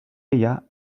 ella